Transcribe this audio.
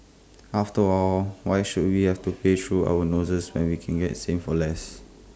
after all why should we have to pay through our noses when we can get same for less